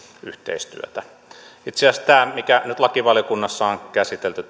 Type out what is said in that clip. yhteistyötä itse asiassa tämä hallituksen esitys tutkintamääräyksistä mikä nyt lakivaliokunnassa on käsitelty